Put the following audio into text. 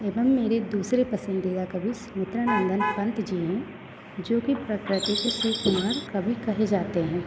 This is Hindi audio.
एवं मेरे दूसरे पसंदीदा कवि सुमित्रा नंदन पंत जी हैं जोकि प्रकृति को कवि कहे जाते हैं